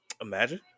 imagine